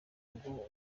ngo